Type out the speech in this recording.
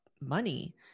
money